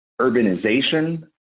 urbanization